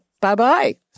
Bye-bye